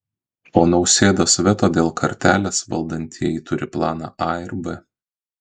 po nausėdos veto dėl kartelės valdantieji turi planą a ir b